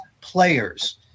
players